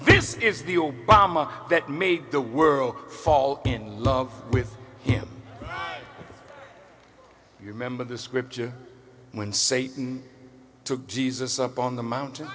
this is the obama that made the world fall in love with him you remember the scripture when satan took jesus up on the mountain